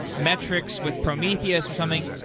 metrics with prometheus or something,